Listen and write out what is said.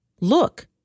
Look